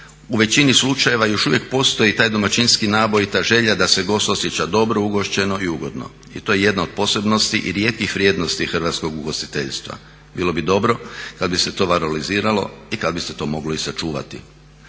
u većini slučajeva još uvijek postoji taj domaćinski naboj i ta želja da se gost osjeća dobro, ugošćeno i ugodno. I to je jedna od posebnosti i rijetkih vrijednosti hrvatskog ugostiteljstva. Bilo bi dobro kada bi se to valoriziralo i kada bi se to moglo i sačuvati.